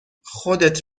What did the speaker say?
خودت